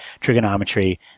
trigonometry